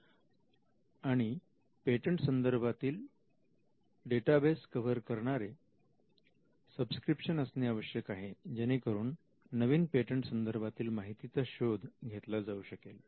I P M cell कडे मागील पन्नास वर्षांचा पेटंट आणि नॉन पेटंट संदर्भातील डेटाबेस कव्हर करणारे सबस्क्रीप्शन असणे आवश्यक आहे जेणेकरून नवीन पेटंट संदर्भातील माहितीचा शोध घेतला जाऊ शकेल